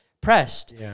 pressed